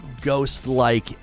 ghost-like